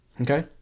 Okay